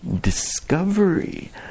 discovery